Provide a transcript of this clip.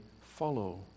follow